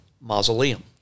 mausoleum